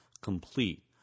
complete